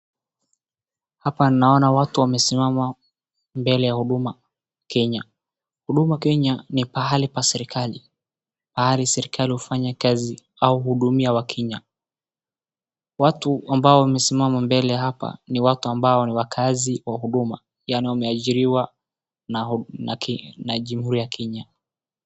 Hapa naona watu wamesimama mbele ya Huduma Kenya. Huduma Kenya ni pahali pa serikali. Pahali serikali hufanya kazi au huhudumia wa Kenya. Watu ambao wamesimama mbele hapa, ni watu ambao ni wakaazii wa Huduma, yaani wameajiriwa na Jamhuri ya Kenya.